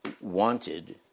wanted